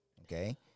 okay